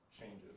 changes